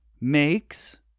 makes